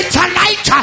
tonight